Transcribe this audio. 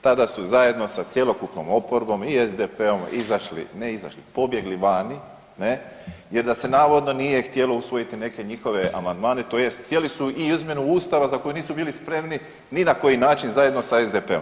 Tada su zajedno sa cjelokupnom oporbom i SDP-om izašli, ne izašli, pobjegli vani ne jer da se navodno nije htjelo usvojiti neke njihove amandmane tj. htjeli su i izmjenu ustava za koju nisu bili spremni ni na koji način zajedno s SDP-om.